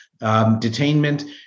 detainment